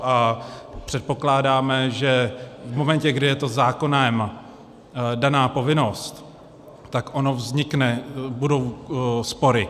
A předpokládáme, že v momentě, kdy je to zákonem daná povinnost, tak vznikne, budou spory.